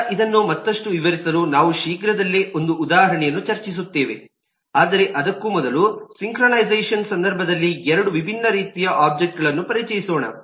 ಆದ್ದರಿಂದ ಇದನ್ನು ಮತ್ತಷ್ಟು ವಿವರಿಸಲು ನಾವು ಶೀಘ್ರದಲ್ಲೇ ಒಂದು ಉದಾಹರಣೆಯನ್ನು ಚರ್ಚಿಸುತ್ತೇವೆ ಆದರೆ ಅದಕ್ಕೂ ಮೊದಲು ಸಿಂಕ್ರೊನೈಝೆಶನ್ ಸಂದರ್ಭದಲ್ಲಿ ಎರಡು ವಿಭಿನ್ನ ರೀತಿಯ ಒಬ್ಜೆಕ್ಟ್ಗಳನ್ನು ಪರಿಚಯಿಸೋಣ